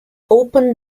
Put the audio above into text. opened